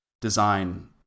design